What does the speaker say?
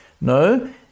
No